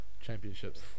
championships